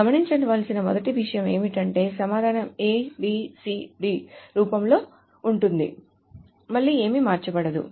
గమనించవలసిన మొదటి విషయం ఏమిటంటే సమాధానం A B C D రూపంలో ఉంటుంది మళ్ళీ ఏమీ మార్చబడదు